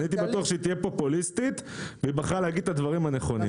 הייתי בטוח שהיא תהיה פופוליסטית והיא בחרה להגיד את הדברים הנכונים.